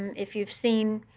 if you've seen